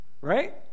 right